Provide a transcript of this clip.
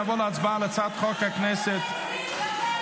נעבור להצבעה על הצעת חוק הכנסת -- אבל לא להגזים,